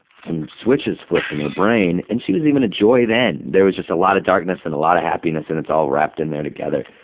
some switch is flipped in her brain. and she was even a joy then. there was just a lot of darkness and a lot of happiness, and it's all wrapped in there together.